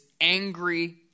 angry